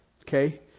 Okay